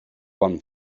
quan